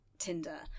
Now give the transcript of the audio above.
Tinder